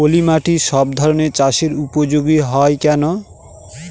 পলিমাটি সব ধরনের চাষের উপযোগী হয় কেন?